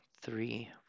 three